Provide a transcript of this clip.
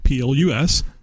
Plus